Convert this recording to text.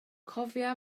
cofia